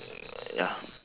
ya